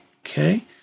Okay